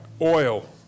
oil